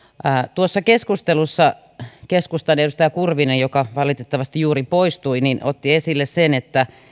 tuossa keskustelussa keskustan edustaja kurvinen joka valitettavasti juuri poistui otti esille sen että